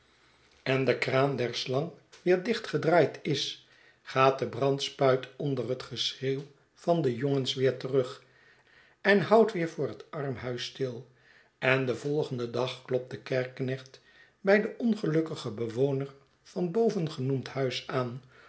en de kraan der slang weer dicht gedraaid is gaat de brandspuit onder het geschreeuw van de jongens weer terug en houdt weer voor het armhuis stil en den volgenden dag klopt de kerkeknecht bij den ongelukkigen bewoner van bovengenoemd huis aan